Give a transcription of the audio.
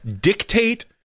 dictate